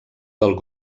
del